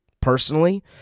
personally